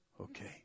Okay